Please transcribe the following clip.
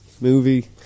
movie